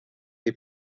des